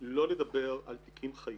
לא לדבר על תיקים חיים,